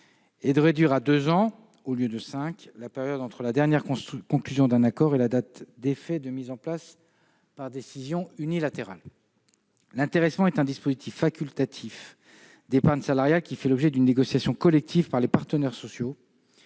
et de réduire de cinq à deux ans la période entre la dernière conclusion d'un accord et la date d'effet de mise en place, par décision unilatérale, d'un nouvel intéressement. L'intéressement est un dispositif facultatif d'épargne salariale, qui fait l'objet d'une négociation collective par les partenaires sociaux,